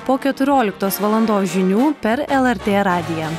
po keturioliktos valandos žinių per lrt radiją